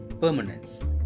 permanence